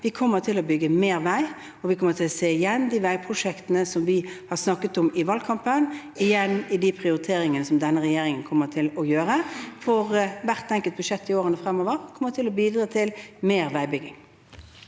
vi kommer til å bygge mer vei, og vi kommer til å se igjen de veiprosjektene som vi har snakket om i valgkampen, i de prioriteringene som denne regjeringen kommer til å gjøre. Hvert enkelt budsjett i årene fremover kommer til å bidra til mer veibygging.